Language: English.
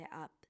up